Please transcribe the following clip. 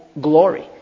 glory